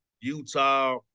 Utah